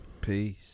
Peace